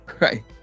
Right